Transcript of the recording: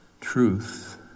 truth